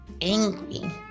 angry